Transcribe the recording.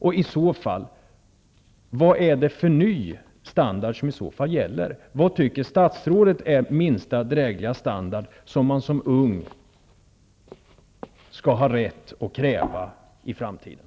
Vilken ny målsättning för standarden är det som i så fall gäller? Vad tycker statsrådet är minsta drägliga standard som man som ung skall ha rätt att kräva i framtiden?